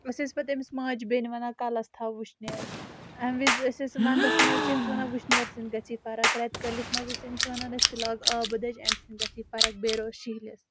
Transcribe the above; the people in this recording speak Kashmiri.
أسۍ ٲسۍ پتہٕ امِس ماجہِ بینہِ ونان کلس تھاو وٕشنیر امہِ وزِ أسۍ ٲسۍ ونٛدس منٛز چھ امِس ونان وٕشنیر سۭتۍ گژھی فرق رتہٕکٲلِس منٛز ٲسۍ أمِس ونان ژٕ لاگ آبہٕ دٔجۍ امہِ سۭتۍ گژھی فرق بییہِ رُوز شِہلس